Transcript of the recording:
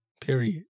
Period